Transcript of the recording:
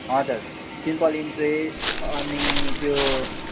हजुर simple interest अनि त्यो